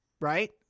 Right